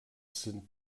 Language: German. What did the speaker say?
sind